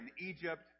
Egypt